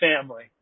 family